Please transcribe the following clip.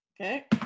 okay